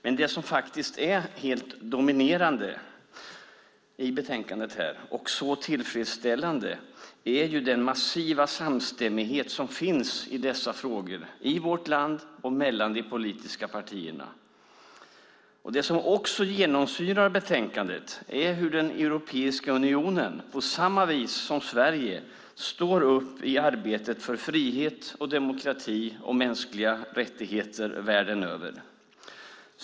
Men det som är helt dominerande i betänkandet och så tillfredsställande är den massiva samstämmighet som finns i dessa frågor i vårt land och mellan de politiska partierna. Det som också genomsyrar betänkandet är hur Europeiska unionen på samma vis som Sverige står upp i arbetet för frihet, demokrati och mänskliga rättigheter världen över.